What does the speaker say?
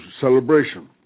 celebration